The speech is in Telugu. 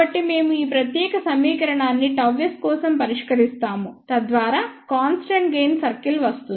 కాబట్టి మేము ఈ ప్రత్యేక సమీకరణాన్ని Γs కోసం పరిష్కరిస్తాము తద్వారా కాన్స్టెంట్ గెయిన్ సర్కిల్ వస్తుంది